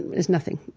is nothing